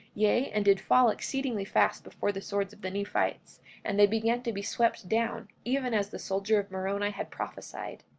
yea, and did fall exceedingly fast before the swords of the nephites and they began to be swept down, even as the soldier of moroni had prophesied.